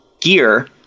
gear